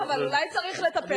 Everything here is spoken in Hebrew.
לא, אבל אולי צריך לטפל בזה?